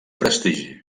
prestigi